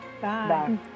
Bye